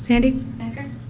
sandy